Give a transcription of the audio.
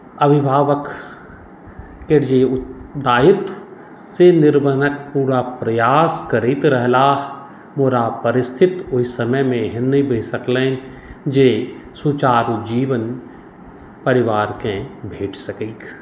अभिभावककेँ जे दायित्व से निर्वहणक पूरा प्रयास करैत रहलाह मुदा परिस्थिति ओहि समयमे एहन नहि बनि सकलनि जे सुचारू जीवन परिवारकेँ भेट सकैक